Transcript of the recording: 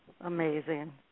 Amazing